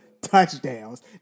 touchdowns